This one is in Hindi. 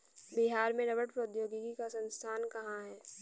बिहार में रबड़ प्रौद्योगिकी का संस्थान कहाँ है?